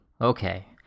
okay